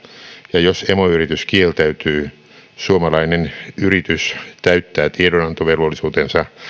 ja jos emoyritys kieltäytyy suomalainen yritys täyttää tiedonantovelvollisuutensa